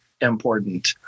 important